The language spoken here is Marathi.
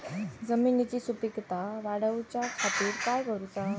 जमिनीची सुपीकता वाढवच्या खातीर काय करूचा?